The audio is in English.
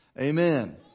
Amen